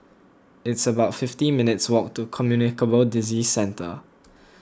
it's about fifty minutes walk to Communicable Disease Centre